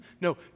No